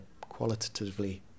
qualitatively